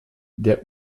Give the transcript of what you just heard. der